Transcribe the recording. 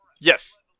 Yes